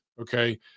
okay